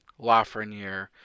Lafreniere